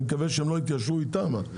אני מקווה שהם לא יתיישרו איתם,